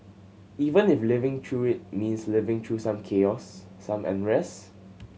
even if living through it means living through some chaos some unrest